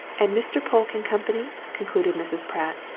and mr. polke and company, concluded mrs. pratt,